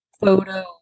photo